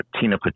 Tina